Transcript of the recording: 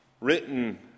written